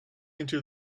into